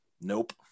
Nope